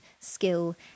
skill